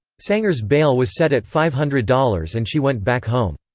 sanger's bail was set at five hundred dollars and she went back home.